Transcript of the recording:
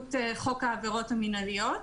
באמצעות חוק העבירות המינהליות,